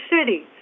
city